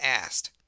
asked